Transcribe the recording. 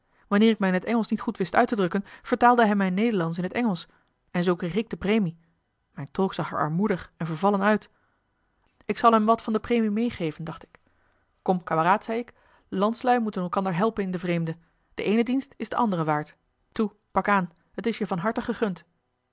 wanneer ik mij in het engelsch niet goed wist uit te drukken vertaalde hij mijn nederlandsch in het engelsch en zoo kreeg ik de premie mijn tolk zag er armoedig en vervallen uit ik zal hem wat van de premie meegeven dacht ik kom kameraad zei ik landslui moeten elkander helpen in den vreemde de eene dienst is den anderen waard toe pak aan het is je van harte gegund